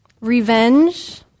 Revenge